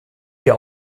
wir